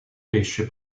pesce